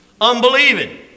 Unbelieving